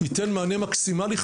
ייתן מענה מקסימאלי.